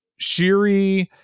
Shiri